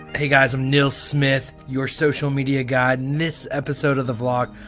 hey guys i'm neil smith your social media guide in this episode of the vlog.